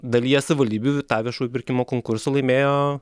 dalyje savivaldybių tą viešųjų pirkimų konkursą laimėjo